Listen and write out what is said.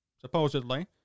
supposedly